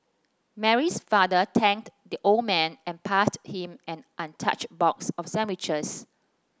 Mary's father thanked the old man and passed him an untouched box of sandwiches